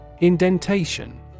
Indentation